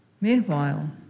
Meanwhile